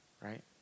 right